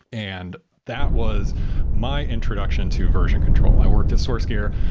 and that was my introduction to version control. i worked at sourcegear.